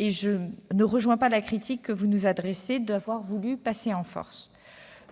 je ne partage pas la critique que vous nous avez adressée d'avoir voulu « passer en force ».